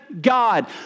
God